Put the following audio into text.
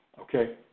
okay